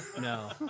no